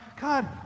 God